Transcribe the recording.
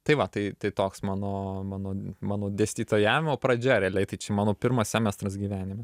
tai va tai tai toks mano mano mano dėstytojavimo pradžia realiai tai čia mano pirmas semestras gyvenime